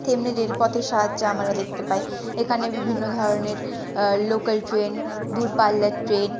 তেমনি রেলপথের সাহায্যে আমরা দেখতে পাই এখানে বিভিন্ন ধরনের লোকাল ট্রেন দূরপাল্লার ট্রেন